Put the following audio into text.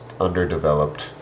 underdeveloped